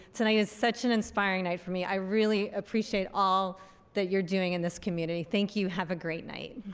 tonight is such an inspiring night for me. i really appreciate all that you're doing in this community. thank you have a great night.